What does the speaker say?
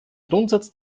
grundsatz